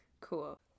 Cool